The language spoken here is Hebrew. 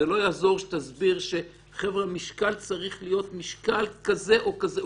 זה לא יעזור שתסביר שמשקל צריך להיות כזה או כזה.